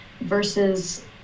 versus